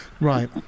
Right